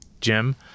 Jim